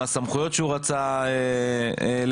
מהסמכויות שהוא רצה לקבל,